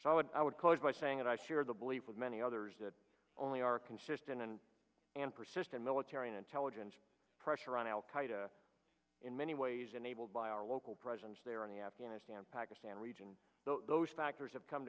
so i would i would close by saying that i share the belief of many others that only our consistent and and persistent military and intelligence pressure on al qaeda in many ways enabled by our local presence there on the afghanistan pakistan region those factors have come